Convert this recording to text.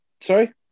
Sorry